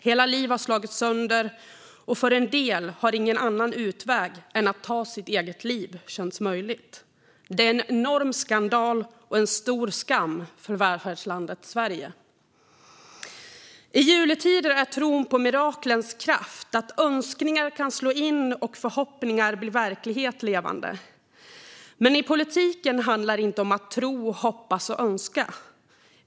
Hela liv har slagits sönder, och för en del har ingen annan utväg än att ta sitt eget liv känts möjlig. Det är en enorm skandal och en stor skam för välfärdslandet Sverige. I juletider är tron på miraklens kraft, att önskningar kan slå in och förhoppningar bli verklighet, levande. Men i politiken handlar det inte om att tro, hoppas och önska.